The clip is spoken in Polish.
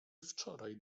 wczoraj